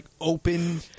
open